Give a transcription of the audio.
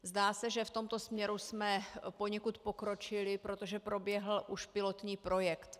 Zdá se, že v tomto směru jsme poněkud pokročili, protože proběhl už pilotní projekt.